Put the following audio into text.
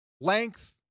length